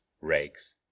rakes